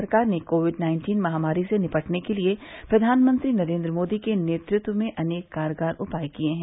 सरकार ने COVID nineteen महामारी से निपटने के लिए प्रधानमंत्री नरेन्द्र मोदी के नेतृत्व में अनेक कारगर उपाय किए हैं